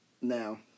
Now